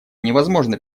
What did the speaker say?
невозможно